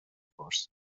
فارس